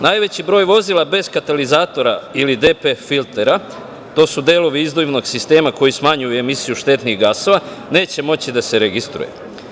Najveći broj vozila bez katalizatora ili DPF filtera, to su delovi izduvnog sistema koji smanjuju emisiju štetnih gasova, neće moći da se registruju.